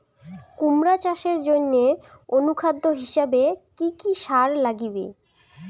কুমড়া চাষের জইন্যে অনুখাদ্য হিসাবে কি কি সার লাগিবে?